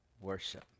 worship